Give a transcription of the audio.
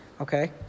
Okay